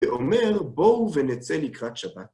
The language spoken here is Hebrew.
ואומר, בואו ונצא לקראת שבת.